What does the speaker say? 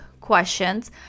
questions